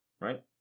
Right